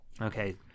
Okay